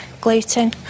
gluten